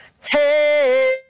hey